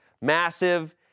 massive